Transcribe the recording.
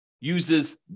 uses